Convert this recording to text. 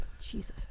Jesus